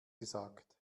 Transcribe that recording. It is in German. gesagt